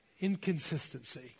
inconsistency